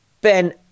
Ben